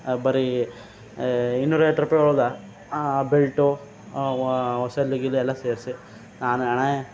ಬರೀ ಇನ್ನೂರೈವತ್ತು ರೂಪಾಯಿ ಹೇಳಿದ ಬೆಲ್ಟು ವಾ ಸೆಲ್ಲು ಗಿಲ್ಲು ಎಲ್ಲ ಸೇರಿಸಿ ನಾನು ಅಣ್ಣಾ